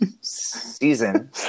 season